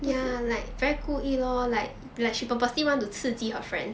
不是